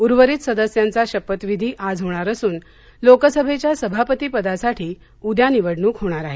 उर्वरित सदस्यांचा शपथविधी आज होणार असून लोकसभेच्या सभापतीपदासाठी उद्या निवडणूक होणार आहे